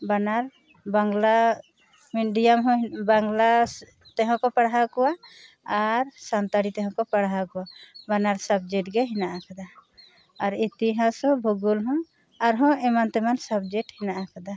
ᱵᱟᱱᱟᱨ ᱵᱟᱝᱞᱟ ᱢᱤᱰᱤᱭᱟᱢ ᱦᱚᱸ ᱵᱟᱝᱞᱟ ᱛᱮᱦᱚᱸ ᱠᱚ ᱯᱟᱲᱦᱟᱣ ᱠᱚᱣᱟ ᱟᱨ ᱥᱟᱱᱛᱟᱲᱤ ᱛᱮᱦᱚᱸ ᱠᱚ ᱯᱟᱲᱦᱟᱣ ᱠᱚᱣᱟ ᱵᱟᱱᱟᱨ ᱥᱟᱵᱽᱡᱮᱠᱴ ᱜᱮ ᱦᱮᱱᱟᱜ ᱟᱠᱟᱫᱟ ᱟᱨ ᱤᱛᱤᱦᱟᱥ ᱦᱚᱸ ᱵᱷᱩᱜᱚᱞ ᱦᱚᱸ ᱟᱨ ᱮᱢᱟᱱ ᱛᱮᱢᱟᱱ ᱥᱟᱵᱽᱡᱮᱠᱴ ᱦᱮᱱᱟᱜ ᱟᱠᱟᱫᱟ